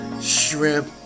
shrimp